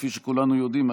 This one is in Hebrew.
כפי שכולנו יודעים,